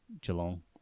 Geelong